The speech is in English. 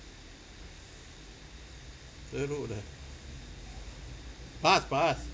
teruk lah pass pass